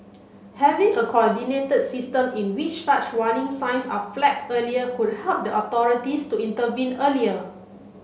having a coordinated system in which such warning signs are flagged earlier could help the authorities to intervene earlier